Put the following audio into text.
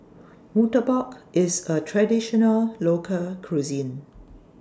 Murtabak IS A Traditional Local Cuisine